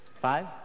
Five